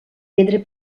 pedra